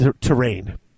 terrain